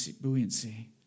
buoyancy